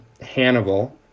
Hannibal